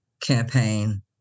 campaign